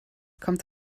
kommt